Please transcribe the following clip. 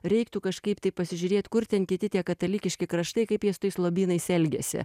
reiktų kažkaip tai pasižiūrėt kur ten kiti tie katalikiški kraštai kaip jie su tais lobynais elgiasi